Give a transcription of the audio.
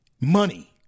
money